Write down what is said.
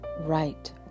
Right